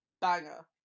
banger